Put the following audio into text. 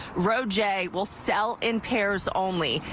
row j, will sell in pairs only.